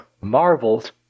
marveled